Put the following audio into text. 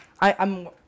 I'm-